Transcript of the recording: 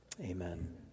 Amen